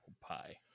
pie